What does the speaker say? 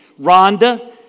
Rhonda